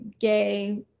gay